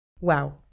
Wow